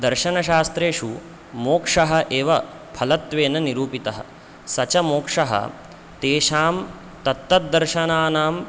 दर्शनशास्त्रेषु मोक्षः एव फलत्वेन निरूपितः स च मोक्षः तेषां तत्तद्दर्शनानां